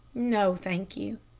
no, thank you,